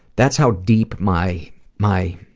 that's how deep my my